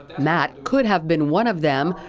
matt could have been one of them,